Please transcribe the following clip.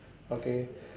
okay